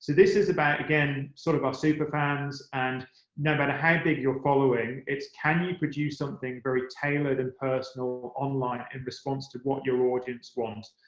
this is about, again, sort of our superfans and no matter how big your following can you produce something very tailored and personal online in response to what your audience want?